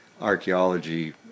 archaeology